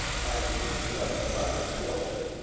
by reason of an abundant fortune,